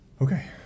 okay